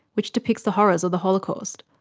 which depicts the horrors of the holocaust,